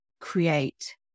create